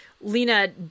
Lena